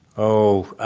oh,